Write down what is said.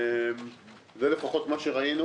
זה לפחות מה שראינו.